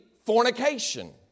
Fornication